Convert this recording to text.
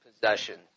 possessions